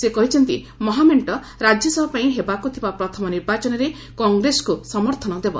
ସେ କହିଛନ୍ତି ମହାମେଣ୍ଟ ରାଜ୍ୟସଭା ପାଇଁ ହେବାକୁ ଥିବା ପ୍ରଥମ ନିର୍ବାଚନରେ କଂଗ୍ରେସକୁ ସମର୍ଥନ ଦେବ